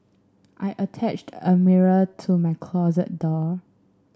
I attached a mirror to my closet door